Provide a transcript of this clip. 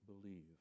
believe